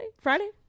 Friday